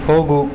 ಹೋಗು